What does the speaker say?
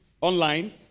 online